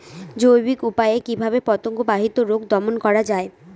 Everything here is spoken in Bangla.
জৈবিক উপায়ে কিভাবে পতঙ্গ বাহিত রোগ দমন করা যায়?